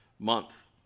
month